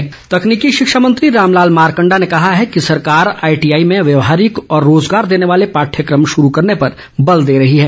मारकण्डा तकनीकी शिक्षा मंत्री रामलाल मारकण्डा ने कहा है कि सरकार आईटीआई में व्यवहारिक व रोज़गार देने वाले पाठयक्रम शुरू करने पर बल दे रही है